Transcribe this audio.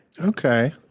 Okay